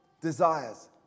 desires